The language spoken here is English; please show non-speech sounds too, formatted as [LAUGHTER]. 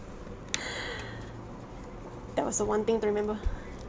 [BREATH] that was the one thing to remember